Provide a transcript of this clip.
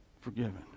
forgiven